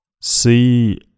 see